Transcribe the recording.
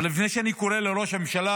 אבל לפני שאני קורא לראש הממשלה,